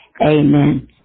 Amen